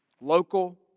Local